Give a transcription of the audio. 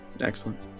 excellent